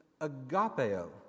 agapeo